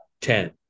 ten